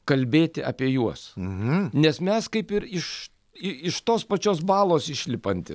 kalbėti apie juos hm nes mes kaip ir iš i iš tos pačios balos išlipantys